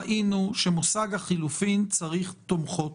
ראינו שמושג החילופים צריך תומכות